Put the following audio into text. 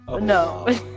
No